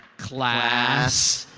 class,